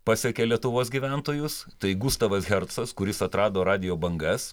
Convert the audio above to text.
pasiekė lietuvos gyventojus tai gustavas hercas kuris atrado radijo bangas